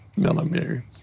Millimeter